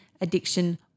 addiction